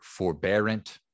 forbearant